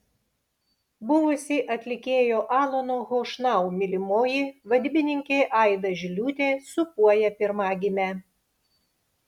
buvusi atlikėjo alano chošnau mylimoji vadybininkė aida žiliūtė sūpuoja pirmagimę